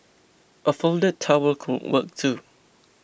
a folded towel could work too